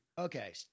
Okay